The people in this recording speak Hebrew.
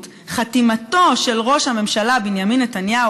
ציטוט: חתימתו של ראש הממשלה בנימין נתניהו